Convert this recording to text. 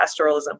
pastoralism